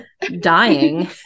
dying